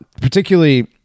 particularly